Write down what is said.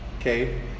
Okay